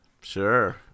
Sure